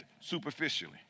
superficially